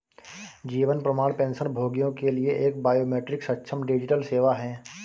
जीवन प्रमाण पेंशनभोगियों के लिए एक बायोमेट्रिक सक्षम डिजिटल सेवा है